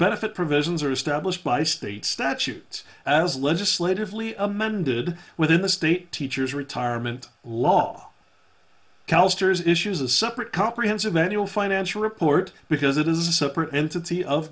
benefit provisions are established by state statute as legislatively amended within the state teachers retirement law callista's issues a separate comprehensive manual financial report because it is a separate entity of